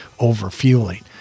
overfueling